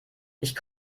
ich